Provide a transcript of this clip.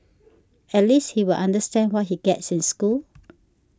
at least he'll understand when he gets in school